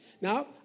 Now